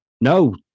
No